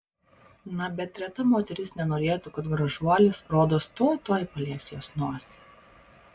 na bet reta moteris nenorėtų kad gražuolis rodos tuoj tuoj palies jos nosį